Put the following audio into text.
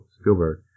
spielberg